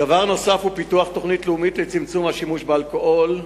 דבר נוסף הוא פיתוח תוכנית לאומית לצמצום השימוש באלכוהול.